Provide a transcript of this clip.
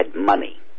money